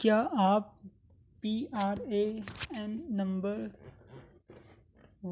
کیا آپ P R A N number